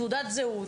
תעודת זהות,